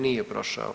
Nije prošao.